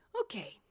okay